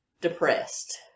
depressed